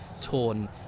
torn